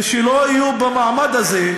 ושלא יהיו במעמד הזה,